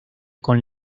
con